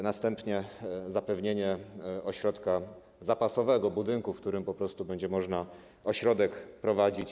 Następnie zapewnienie ośrodka zapasowego, budynku, w którym po prostu będzie można ośrodek prowadzić.